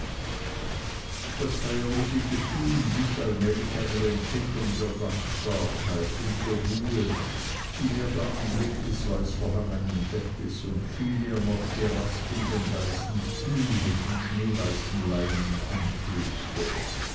das feierliche gefühl wich allmählich einer empfindung der dankbarkeit und der ruhe die mir der anblick des weißverhangenen bettes und vielmehr noch die rast in dem weißen pfühl mit den schneeweißen leinen einflößte